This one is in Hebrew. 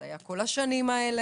זה היה כל השנים האלה.